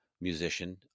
musician